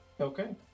Okay